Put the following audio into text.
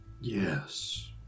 Yes